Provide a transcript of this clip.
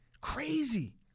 Crazy